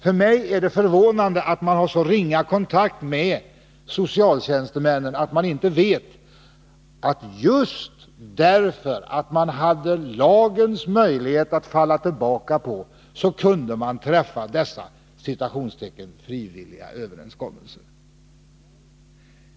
För mig är det förvånande att man hade så ringa kontakt med socialtjänstemännen att man inte visste att det var just därför att de hade lagens möjligheter att falla tillbaka på som de kunde träffa dessa ”frivilliga” överenskommelser.